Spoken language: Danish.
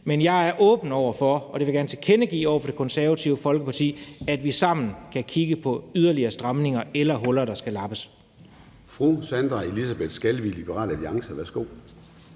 Men jeg er åben over for – og det vil jeg gerne tilkendegive over for Det Konservative Folkeparti – at vi sammen kan kigge på yderligere stramninger eller huller, der skal lappes. Kl. 10:23 Formanden (Søren Gade): Fru Sandra Elisabeth Skalvig, Liberal Alliance. Værsgo.